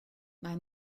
mae